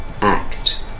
act